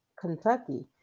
Kentucky